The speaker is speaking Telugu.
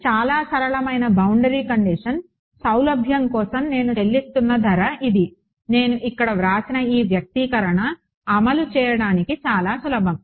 కాబట్టి చాలా సరళమైన బౌండరీ కండిషన్ సౌలభ్యం కోసం నేను చెల్లిస్తున్న ధర ఇది నేను ఇక్కడ వ్రాసిన ఈ వ్యక్తీకరణ అమలు చేయడానికి చాలా సులభం